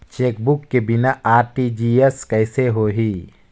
Chequebook के बिना RTGS कइसे होही?